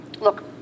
look